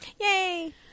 Yay